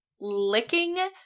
licking